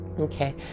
Okay